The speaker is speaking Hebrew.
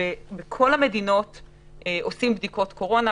בכל המדינות עושים בדיקות קורונה,